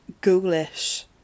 ghoulish